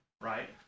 right